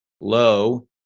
low